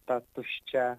ta tuščia